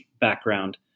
background